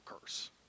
curse